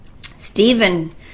Stephen